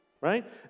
right